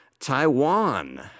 Taiwan